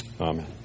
Amen